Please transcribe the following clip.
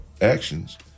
actions